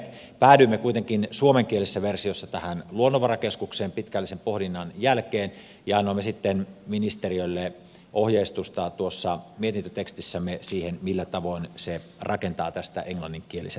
päädyimme kuitenkin suomenkielisessä versiossa tähän luonnonvarakeskukseen pitkällisen pohdinnan jälkeen ja annoimme sitten ministeriölle ohjeistusta tuossa mietintötekstissämme siihen millä tavoin se rakentaa tästä englanninkieliset versiot